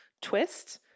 twist